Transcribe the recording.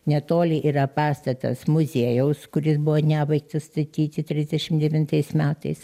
netoli yra pastatas muziejaus kuris buvo nebaigtas statyti trisdešim devintais metais